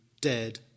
dead